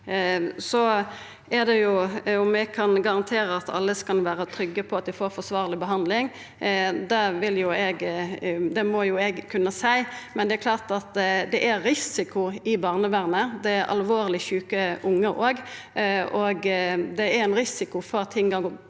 om eg kan garantere at alle skal vera trygge på at dei får forsvarleg behandling: Det må jo eg kunna seia, men det er klart at det er risiko i barnevernet, det er òg alvorleg sjuke ungar. Det er ein risiko for at ting kan gå